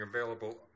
available